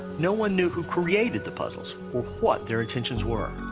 no one knew who created the puzzles or what their intentions were.